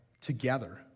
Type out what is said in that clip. together